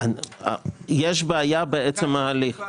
יש בעיה בעצם ההליך